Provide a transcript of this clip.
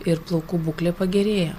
ir plaukų būklė pagerėja